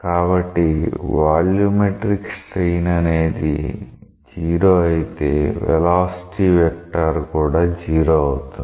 కాబట్టి volumetric strain అనేది 0 అయితే వెలాసిటి వెక్టార్ కూడా 0 అవుతుంది